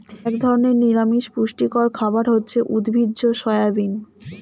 এক ধরনের নিরামিষ পুষ্টিকর খাবার হচ্ছে উদ্ভিজ্জ সয়াবিন